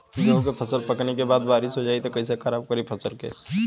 गेहूँ के फसल पकने के बाद बारिश हो जाई त कइसे खराब करी फसल के?